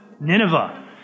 Nineveh